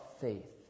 faith